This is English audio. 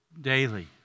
daily